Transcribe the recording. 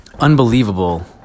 Unbelievable